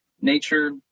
Nature